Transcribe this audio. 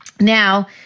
Now